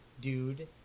dude